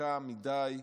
חזקה מדי,